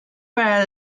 para